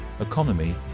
economy